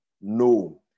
no